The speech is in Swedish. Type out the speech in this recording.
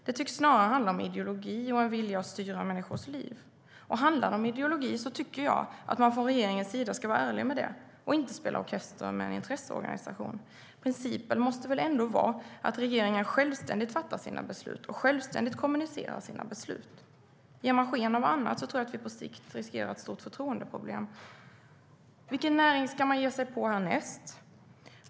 Det tycks snarare handla om ideologi och en vilja att styra människors liv. Vilken näring ska man ge sig på härnäst?